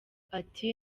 ati